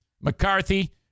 McCarthy